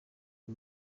uyu